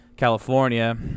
california